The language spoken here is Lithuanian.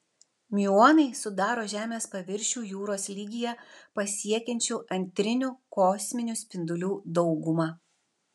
miuonai sudaro žemės paviršių jūros lygyje pasiekiančių antrinių kosminių spindulių daugumą